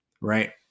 right